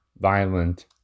violent